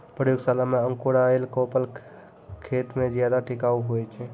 प्रयोगशाला मे अंकुराएल कोपल खेत मे ज्यादा टिकाऊ हुवै छै